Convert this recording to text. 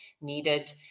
needed